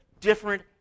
different